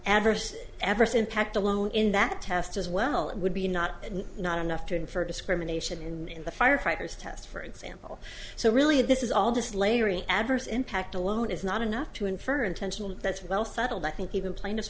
adverse everson packed alone in that test as well it would be not not enough to infer discrimination in the firefighters test for example so really this is all just layering adverse impact alone is not enough to infer intentional that's well settled i think even plaintiffs